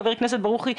חבר הכנסת ברוכי,